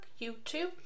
YouTube